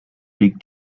big